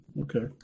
okay